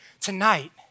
tonight